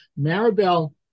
Maribel